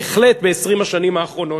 בהחלט ב-20 השנים האחרונות.